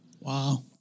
Wow